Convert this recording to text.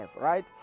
right